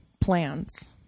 plans